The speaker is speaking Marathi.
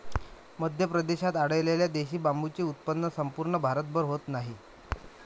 मध्य प्रदेशात आढळलेल्या देशी बांबूचे उत्पन्न संपूर्ण भारतभर होत नाही